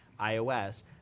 iOS